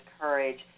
courage